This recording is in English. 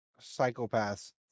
psychopaths